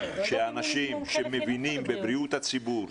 שאנשים שמבינים בבריאות הציבור,